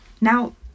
Now